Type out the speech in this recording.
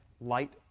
Light